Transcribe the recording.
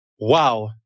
Wow